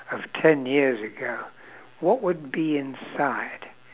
of ten years ago what would be inside